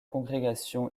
congrégation